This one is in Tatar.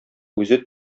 үзе